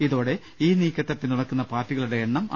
ഇതോടെ ഈ നീക്കത്തെ പിന്തുണയ്ക്കുന്ന പാർട്ടികളുടെ എണ്ണം ആറായി